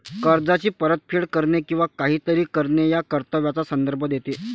कर्जाची परतफेड करणे किंवा काहीतरी करणे या कर्तव्याचा संदर्भ देते